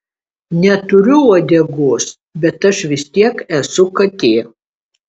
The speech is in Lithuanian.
neturiu uodegos bet aš vis tiek esu katė